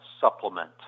supplement